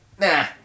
nah